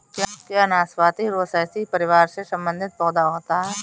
क्या नाशपाती रोसैसी परिवार से संबंधित पौधा होता है?